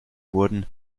wurden